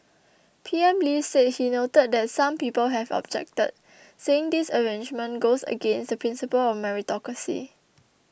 P M Lee said he noted that some people have objected saying this arrangement goes against the principle of meritocracy